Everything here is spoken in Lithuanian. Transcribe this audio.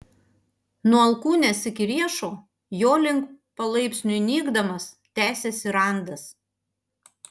nuo alkūnės iki riešo jo link palaipsniui nykdamas tęsėsi randas